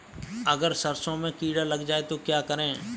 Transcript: अगर सरसों में कीड़ा लग जाए तो क्या करें?